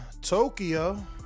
Tokyo